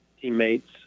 teammates